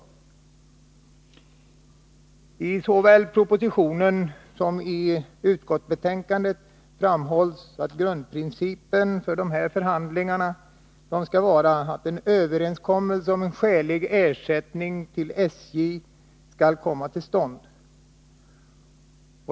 I såväl propositionen som utskottsbetänkandet framhålls att grundprincipen för dessa förhandlingar skall vara att en överenskommelse om skälig ersättning till SJ skall komma till stånd.